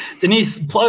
Denise